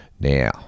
now